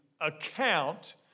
account